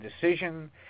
decision